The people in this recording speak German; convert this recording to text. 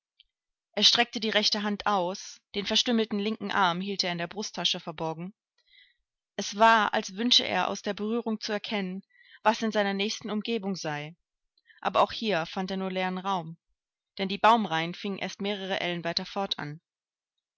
er streckte die rechte hand aus den verstümmelten linken arm hielt er in der brusttasche verborgen es war als wünsche er aus der berührung zu erkennen was in seiner nächsten umgebung sei aber auch hier fand er nur leeren raum denn die baumreihen fingen erst mehrere ellen weiter fort